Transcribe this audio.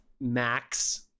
Max